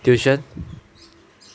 tuition